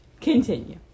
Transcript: Continue